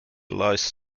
lies